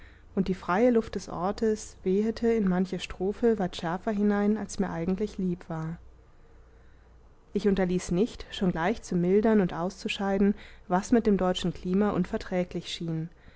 und die freie luft des ortes wehete in manche strophe weit schärfer hinein als mir eigentlich lieb war ich unterließ nicht schon gleich zu mildern und auszuscheiden was mit dem deutschen klima unverträglich schien